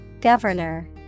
Governor